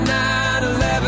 9/11